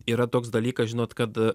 yra toks dalykas žinot kad